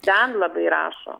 ten labai rašo